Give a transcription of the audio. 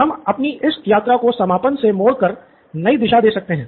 हम अपनी इस यात्रा को समापन से मोड़ कर एक नयी दिशा दे सकते हैं